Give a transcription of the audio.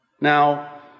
Now